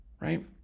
right